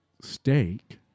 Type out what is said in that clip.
Steak